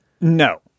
No